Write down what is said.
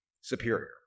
superior